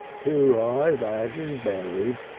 two i've ad and berried,